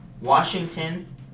Washington